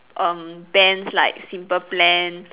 um bands like simple plan